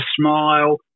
smile